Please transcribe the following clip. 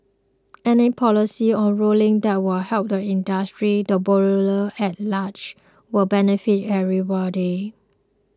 any policy or ruling that will help the industry the borrower at large will benefit everybody